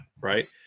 right